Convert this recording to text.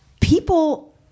people